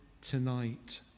tonight